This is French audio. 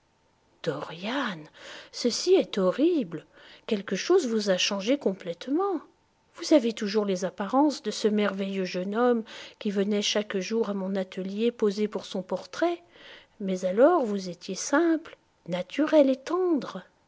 dorian ceci est horrible quelque chose vous a changé complètement vous avez toujours les apparences de ce merveilleux jeune homme qui venait chaque jour à mon atelier poser pour son portrait mais alors vous étiez simple naturel et tendre